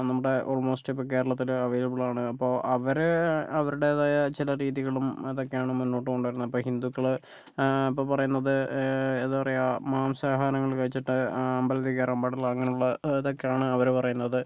നമ്മുടെ ഓൾമോസ്റ്റ് ഇപ്പോൾ കേരളത്തിൽ അവൈലബിളാണ് അപ്പോൾ അവരെ അവരുടേതായ ചില രീതികളും അതൊക്കെയാണ് മുന്നോട്ട് കൊണ്ട് വരുന്നത് ഇപ്പോൾ ഹിന്ദുക്കള് ഇപ്പോൾ പറയുന്നത് എന്താ പറയുക മാംസ ആഹാരങ്ങള് കഴിച്ചിട്ട് അമ്പലത്തിൽ കയറാൻ പാടില്ല അങ്ങനെയുള്ള ഇതൊക്കെയാണ് അവര് പറയുന്നത്